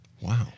Wow